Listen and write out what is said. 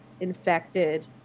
Infected